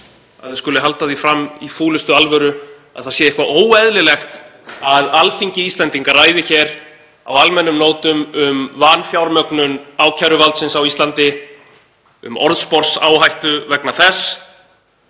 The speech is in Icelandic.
að þau skuli halda því fram í fúlustu alvöru að það sé eitthvað óeðlilegt að Alþingi Íslendinga ræði hér á almennum nótum um vanfjármögnun ákæruvaldsins á Íslandi, um orðsporsáhættu vegna þess